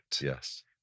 Yes